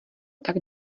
tak